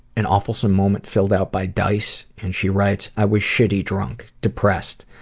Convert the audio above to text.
an awefulsome moment filled out by dice and she writes, i was shitty drunk, depressed.